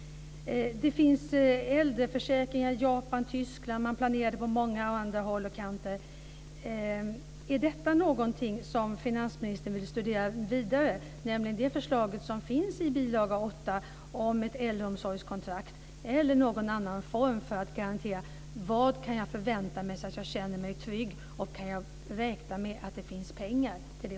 Det finns äldreförsäkringar i Japan och Tyskland, och man planerar sådana på många andra håll och kanter. Är det någonting som socialministern vill studera vidare? Det finns ju ett förslag i bilaga 8 om ett äldreomsorgskontrakt eller andra former för att garantera vad man kan förvänta sig så att man känner sig trygg och att man kan räkna med att det också finns pengar till det.